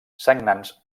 sagnants